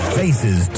faces